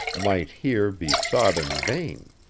might here be sought in vain.